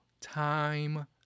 time